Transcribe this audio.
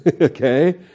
okay